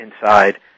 inside